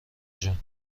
جون